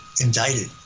indicted